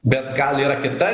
bet gal yra kita